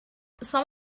some